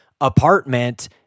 apartment